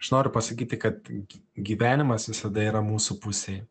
aš noriu pasakyti kad gyvenimas visada yra mūsų pusėj